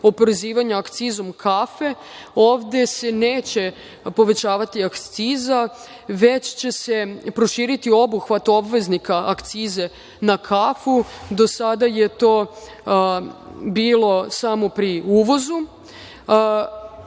oporezivanje akcizom kafe. Ovde se neće povećavati akciza, već će se proširiti obuhvat obveznika akcize na kafu. Do sada je to bilo samo pri uvozu.